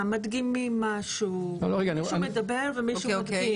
מישהו מדבר ומישהו מדגים.